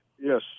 yes